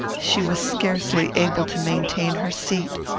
she was scarcely able to maintain her seat.